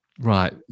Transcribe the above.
right